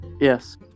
Yes